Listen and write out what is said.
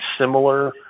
similar